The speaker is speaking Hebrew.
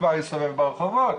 כבר הסתובב ברחובות.